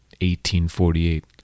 1848